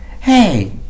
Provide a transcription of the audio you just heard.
Hey